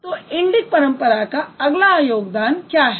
तो इंडिक परंपरा का अगला योगदान क्या है